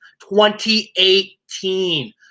2018